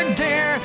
dear